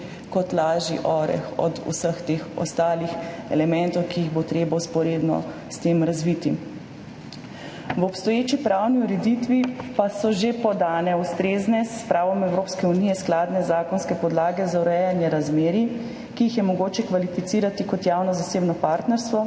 kot lažji oreh od vseh teh ostalih elementov, ki jih bo treba vzporedno s tem razviti. V obstoječi pravni ureditvi pa so že podane ustrezne, s pravom Evropske unije skladne zakonske podlage za urejanje razmerij, ki jih je mogoče kvalificirati kot javno-zasebno partnerstvo.